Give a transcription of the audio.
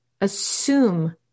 Assume